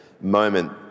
moment